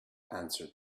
answered